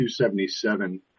277